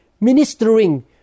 ministering